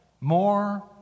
More